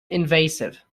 invasive